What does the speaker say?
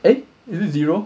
eh this is a zero